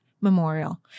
memorial